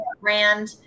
brand